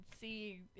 see